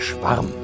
Schwarm